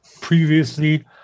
previously